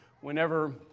whenever